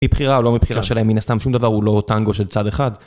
היא בחירה או לא מבחירה שלהם, מן הסתם שום דבר הוא לא טנגו של צד אחד.